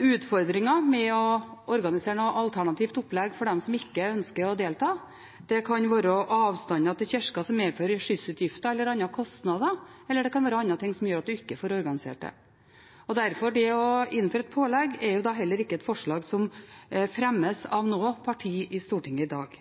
utfordringer med å organisere et alternativt opplegg for dem som ikke ønsker å delta. Det kan være avstander til kirka som medfører skyssutgifter eller andre kostnader, eller det kan være andre ting som gjør at en ikke får organisert det. Derfor er heller ikke det å innføre et pålegg et forslag som fremmes av noe parti i Stortinget i dag.